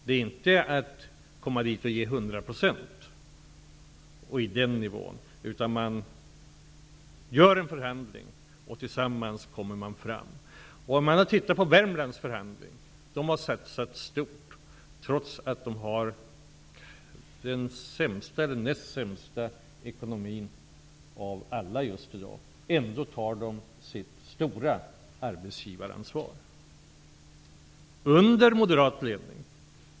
Det är inte fråga om att ge 100 %, utan man för en förhandling och kommer tillsammans fram till ett resultat. Värmland har satsat stort, trots att man där har den sämsta eller näst sämsta ekonomin av alla i dag. Ändå tar man där sitt stora arbetsgivaransvar, under moderat ledning.